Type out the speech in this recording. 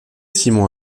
simon